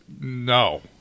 No